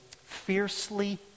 fiercely